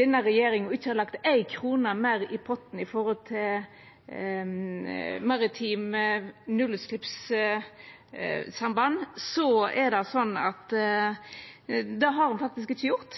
denne regjeringa ikkje har lagt éi krone meir i potten når det gjeld maritime nullutsleppssamband, er det slik at det har ho faktisk ikkje gjort.